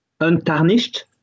untarnished